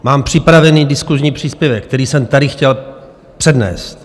Mám připravený diskusní příspěvek, který jsem tady chtěl přednést.